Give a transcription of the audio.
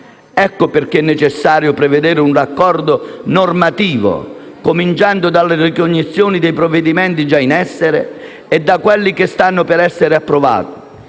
Pertanto, è necessario prevedere un raccordo normativo, cominciando dalla ricognizione dei provvedimenti già in essere e da quelli che stanno per essere approvati.